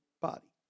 body